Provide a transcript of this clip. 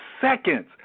seconds